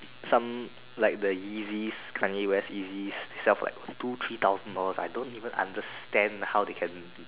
some like the Yeezus Kanye-West Yeezus sell for like two three thousands dollar I don't even understand how they can